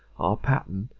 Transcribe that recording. our pattern,